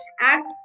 Act